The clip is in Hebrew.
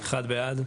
הצבעה בעד,